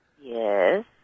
Yes